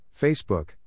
Facebook